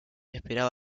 esperaba